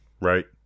right